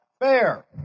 fair